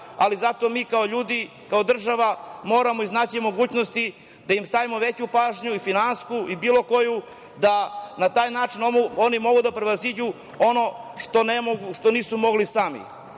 ali zato mi kao ljudi, kao država moramo iznaći mogućnosti da im stavimo veću pažnju i finansijsku i bilo koju, da na taj način oni mogu da prevaziđu ono što nisu mogli sami. Mi